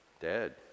dead